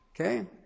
Okay